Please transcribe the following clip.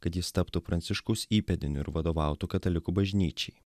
kad jis taptų pranciškaus įpėdiniu ir vadovautų katalikų bažnyčiai